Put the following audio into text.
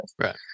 Right